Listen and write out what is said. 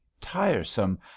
tiresome